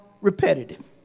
Repetitive